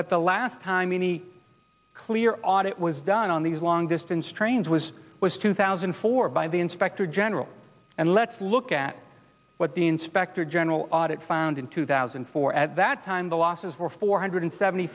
but the last time any clear audit was done on these long distance trains was was two thousand and four by the inspector general and let's look at what the inspector general audit found in two thousand and four at that time the losses were four hundred seventy